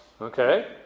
Okay